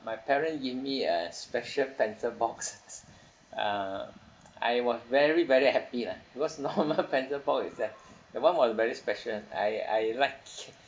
my parent give me a special pencil box uh I was very very happy lah because normal pencil box itself that one was very special I I like